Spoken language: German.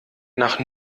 nach